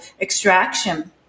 extraction